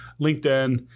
LinkedIn